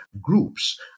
groups